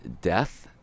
death